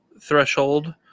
threshold